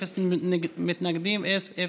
בעד, משה ארבל,